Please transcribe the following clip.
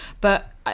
but-